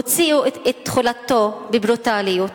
הוציאו את תכולתו בברוטליות,